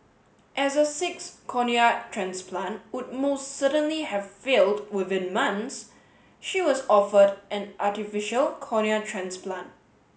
as a sixth cornea transplant would most certainly have failed within months she was offered an artificial cornea transplant